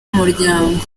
umuryango